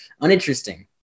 uninteresting